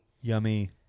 Yummy